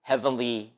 Heavenly